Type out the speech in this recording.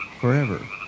forever